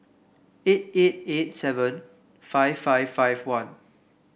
eight eight eight seven five five five one